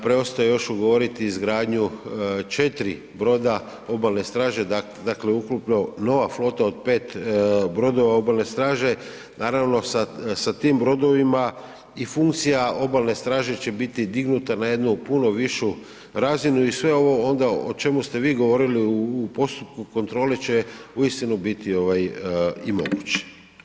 Preostaje još ugovoriti izgradnju 4 broda obalne straže dakle ukupno nova flota od 5 brodova obalne straže, naravno sa tim brodovima i funkcija obalne straže će biti dignuta na jednu puno višu razinu i sve ovo onda o čemu ste vi govorili u postupku kontrole će uistinu biti i moguće.